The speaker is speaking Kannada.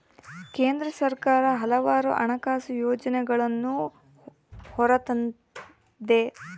ಕೇಂದ್ರ ಸರ್ಕಾರ ಹಲವಾರು ಹಣಕಾಸು ಯೋಜನೆಗಳನ್ನೂ ಹೊರತಂದತೆ